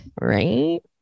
Right